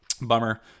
bummer